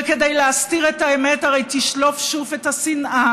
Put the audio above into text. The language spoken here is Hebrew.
וכדי להסתיר את האמת הרי תשלוף שוב את השנאה